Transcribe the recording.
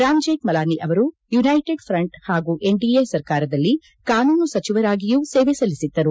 ರಾಮ್ ಜೇಕ್ಕಲಾನಿ ಅವರು united front ಪಾಗೂ NDA ಸರ್ಕಾರದಲ್ಲಿ ಕಾನೂನು ಸಚಿವರಾಗಿಯೂ ಸೇವೆ ಸಲ್ಲಿಸಿದ್ದರು